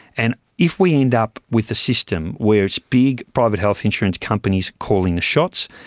and if we end up with a system where it's big private health insurance companies calling the shots,